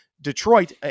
Detroit